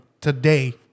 today